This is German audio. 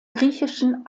griechischen